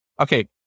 Okay